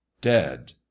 dead